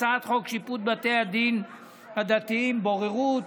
הצעת חוק שיפוט בתי דין דתיים (בוררות).